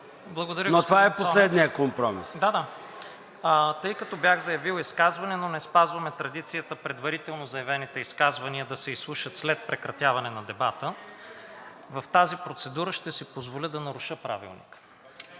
но това е последният компромис. АСЕН ВАСИЛЕВ: Да, да. Тъй като бях заявил изказване, но не спазваме традицията предварително заявените изказвания да се изслушат след прекратяване на дебата, в тази процедура ще си позволя да наруша Правилника